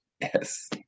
yes